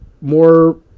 more